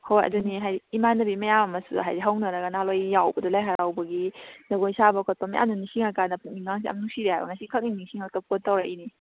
ꯍꯣꯏ ꯑꯗꯨꯅꯤ ꯍꯥꯏꯗꯤ ꯏꯃꯥꯟꯅꯕꯤ ꯃꯌꯥꯝ ꯑꯃꯁꯨ ꯍꯥꯏꯗꯤ ꯍꯧꯅꯔꯒ ꯅꯍꯥꯜꯋꯥꯏꯒꯤ ꯌꯥꯎꯕꯗꯣ ꯂꯥꯏ ꯍꯔꯥꯎꯕꯒꯤ ꯖꯒꯣꯏ ꯁꯥꯕ ꯈꯣꯠꯄ ꯃꯌꯥꯝꯗꯣ ꯅꯤꯡꯁꯪꯉꯀꯥꯟꯗ ꯄꯨꯛꯅꯤꯡꯒꯁꯤ ꯌꯥꯝ ꯅꯨꯡꯁꯤꯔꯛꯑꯦ ꯍꯥꯏꯕ ꯉꯁꯤ ꯈꯥꯡꯅꯤꯡ ꯅꯤꯡꯁꯤꯡꯂꯛꯇꯅ ꯐꯣꯟ ꯇꯧꯔꯛꯏꯅꯤ